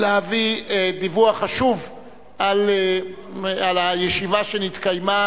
להביא דיווח חשוב על הישיבה שנתקיימה